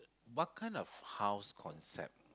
what kind of house concept